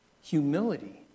humility